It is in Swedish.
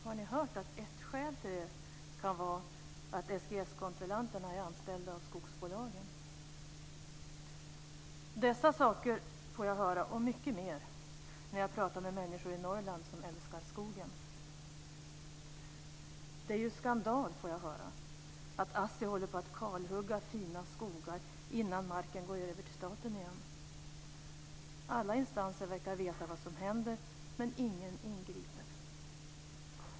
Har ni hört att ett skäl till det kan vara att SGS-kontrollanterna är anställda av skogsbolagen? Dessa saker får jag höra, och mycket mer, när jag pratar med människor i Norrland som älskar skogen. Det är skandal, får jag höra, att Assi håller på och kalhugger fina skogar innan marken går över till staten igen. Alla instanser verkar veta vad som händer, men ingen ingriper.